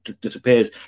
disappears